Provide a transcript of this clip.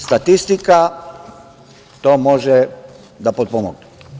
Statistika to može da potpomogne.